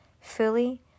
fully